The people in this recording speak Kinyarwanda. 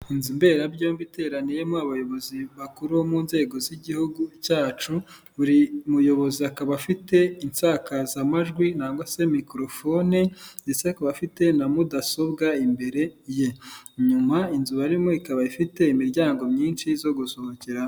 Inzu mberabyombi iteraniyemo abayobozi bakuru bo mu nzego z'igihugu cyacu, buri muyobozi akaba afite insakazamajwi cyangwa se mikorofone ndetse akaba afite na mudasobwa imbere ye, inyuma inzu barimo ikaba ifite imiryango myinshi yo gusohokeramo.